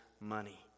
money